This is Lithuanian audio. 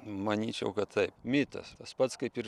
manyčiau kad taip mitas tas pats kaip ir